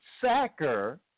Sacker